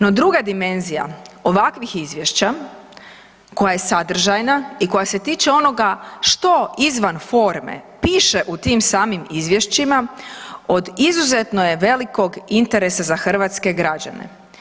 No druga dimenzija ovakvih izvješća koja je sadržajna i koja se tiče onoga što izvan forme piše u tim samim izvješćima, od izuzetno je velikog interesa za hrvatske građane.